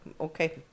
Okay